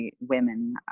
women